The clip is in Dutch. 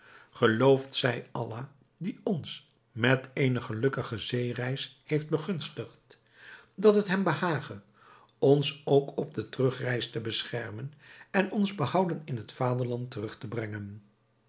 geloofd zij allah die ons met eene gelukkige zeereis heeft begunstigd dat het hem behage ons ook op de terugreis te beschermen en ons behouden in het vaderland terug te brengen